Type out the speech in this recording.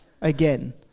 again